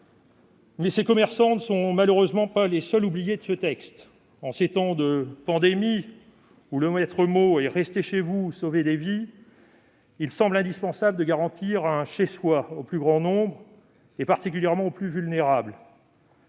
Ces commerçants ne sont malheureusement pas les seuls oubliés de ce texte. En ces temps de pandémie, où le maître mot est « restez chez vous, sauvez des vies », il semble indispensable de garantir un « chez-soi » au plus grand nombre et, particulièrement, aux plus vulnérables.